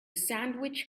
sandwich